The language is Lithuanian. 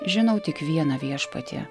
žinau tik vieną viešpatie